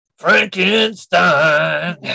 Frankenstein